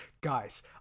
guys